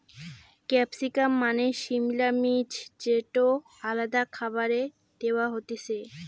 capsicum মানে সিমলা মির্চ যেটো আলাদা খাবারে দেয়া হতিছে